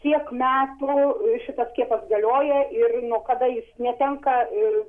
kiek metų šitas skiepas galioja ir nuo kada jis netenka ir